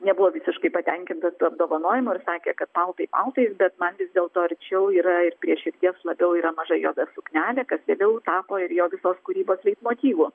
nebuvo visiškai patenkinta tuo apdovanojimu ir sakė kad paltai paltai bet man vis dėlto arčiau yra prie širdies labiau yra maža juoda suknelė kas vėliau tapo ir jau visos kūrybos leitmotyvu